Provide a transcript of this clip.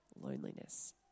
loneliness